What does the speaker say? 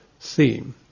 theme